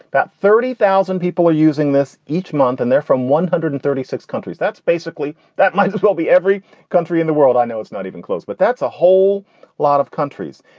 about thirty thousand people are using this each month and they're from one hundred and thirty six countries. that's basically that might as well be every country in the world. i know it's not even close, but that's a whole lot of countries.